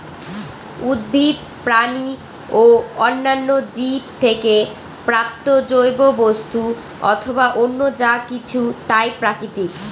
উদ্ভিদ, প্রাণী ও অন্যান্য জীব থেকে প্রাপ্ত জৈব বস্তু অথবা অন্য যা কিছু তাই প্রাকৃতিক